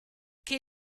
ché